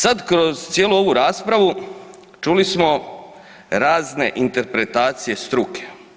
Sad kroz cijelu ovu raspravu čuli smo razne interpretacije struke.